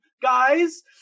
Guys